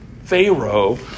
Pharaoh